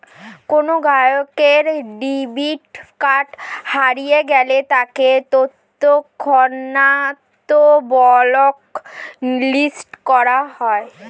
কোনো গ্রাহকের debit card হারিয়ে গেলে তাকে তৎক্ষণাৎ ব্লক লিস্ট করা হয়